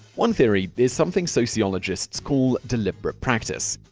one theory is something sociologists call deliberate practice.